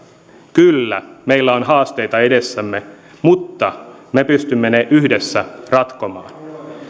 kyllä meillä on haasteita edessämme mutta me pystymme ne yhdessä ratkomaan